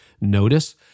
notice